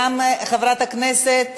גם חברת הכנסת